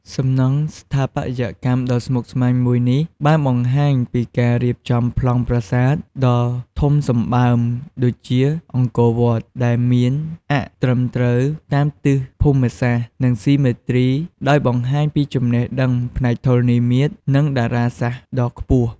សំណង់ស្ថាបត្យកម្មដ៏ស្មុគស្មាញមួយនេះ បានបង្ហាញពីការរៀបចំប្លង់ប្រាសាទដ៏ធំសម្បើមដូចជាអង្គរវត្ត ដែលមានអ័ក្សត្រឹមត្រូវតាមទិសភូមិសាស្ត្រ និងស៊ីមេទ្រីដោយបង្ហាញពីចំណេះដឹងផ្នែកធរណីមាត្រ និងតារាសាស្ត្រដ៏ខ្ពស់។